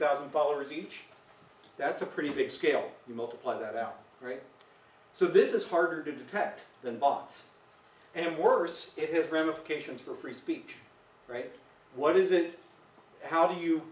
thousand dollars each that's a pretty big scale you multiply that out there so this is harder to detect than bots and worse if ramifications for free speech right what is it how do you